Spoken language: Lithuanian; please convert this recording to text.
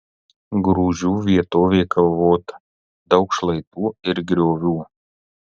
grūžių vietovė kalvota daug šlaitų ir griovių